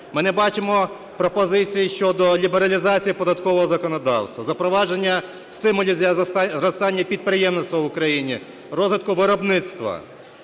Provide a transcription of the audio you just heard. ми не бачимо пропозицій щодо лібералізації податкового законодавства, запровадження стимулів для зростання підприємництва в Україні, розвитку виробництва.